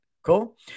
Cool